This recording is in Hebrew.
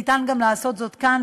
ניתן בהחלט לעשות זאת גם כאן,